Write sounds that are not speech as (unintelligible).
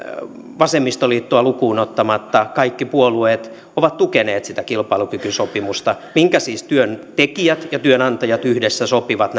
vasemmistoliittoa lukuun ottamatta kaikki puolueet ovat tukeneet sitä kilpailukykysopimusta minkä toimenpiteet siis työntekijät ja työnantajat yhdessä sopivat (unintelligible)